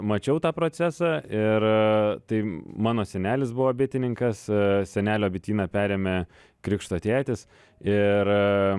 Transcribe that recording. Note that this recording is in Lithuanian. mačiau tą procesą ir tai mano senelis buvo bitininkas senelio bityną perėmė krikšto tėtis ir